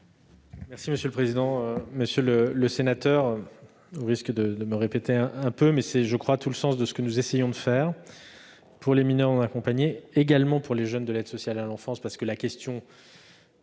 secrétaire d'État. Monsieur le sénateur, au risque de me répéter un peu, c'est, je crois, tout le sens de ce que nous essayons de faire pour les mineurs non accompagnés, comme pour les jeunes de l'aide sociale à l'enfance. En effet, la question